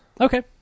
Okay